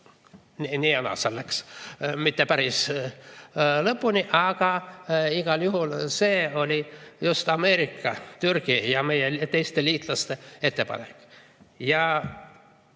nii ja naa, see läks mitte päris lõpuni, aga igal juhul see oli just Ameerika, Türgi ja teiste liitlaste ettepanek.